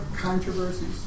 controversies